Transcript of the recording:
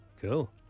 Cool